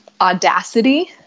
audacity